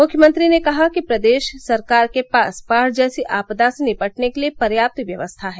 मुख्यमंत्री ने कहा कि प्रदेश सरकार के पास बाढ़ जैसी आपदा से निपटने के लिए पर्याप्त व्यवस्था है